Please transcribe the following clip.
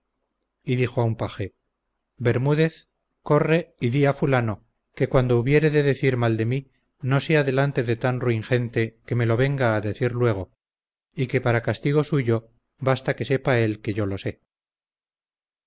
y dijo a un paje bermúdez corre y dí a fulano que cuando hubiere de decir mal de mí no sea delante de tan ruin gente que me lo venga a decir luego y que para castigo suyo basta que sepa él que yo lo sé